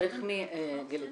דרך מי?